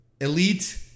Elite